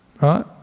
right